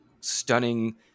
stunning